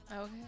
Okay